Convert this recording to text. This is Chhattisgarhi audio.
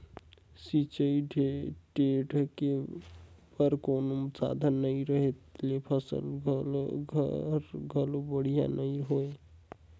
सिंचई टेड़ई बर कोनो साधन नई रहें ले फसल हर घलो बड़िहा नई होय